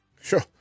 Sure